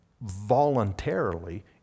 voluntarily